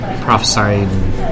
prophesying